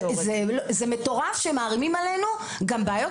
זה מטורף שמערימים עלינו גם בעיות